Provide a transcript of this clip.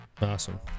awesome